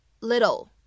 little